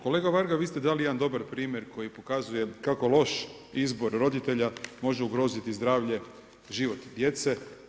Kolega Varga, vi ste dali jedan dobar primjer koji pokazuje kako loš izbor roditelja može ugroziti zdravlje i život djece.